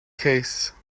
case